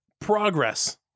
progress